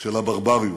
של הברבריות".